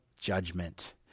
judgment